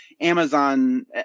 amazon